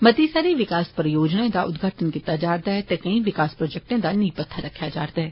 मती सारी विकास परियोजनाएं दा उदघाटन कीता जा करदा ऐ ते कैंई विककास प्रोजैक्टें दा नीह पत्थर रक्खेया जा करदा ऐ